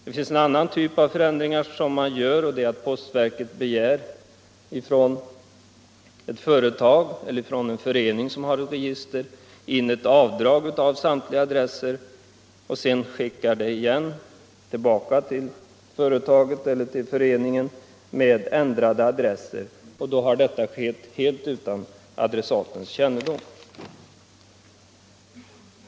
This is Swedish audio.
Det finns en annan typ av förändringar, nämligen att postverket från ett företag eller från en förening som har ett register begär in ett avdrag på samtliga adresser och sedan skickar tillbaka det till företaget eller föreningen med ändrade adresser, detta helt utan adressatens kännedom.